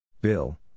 Bill